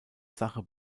sache